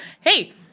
hey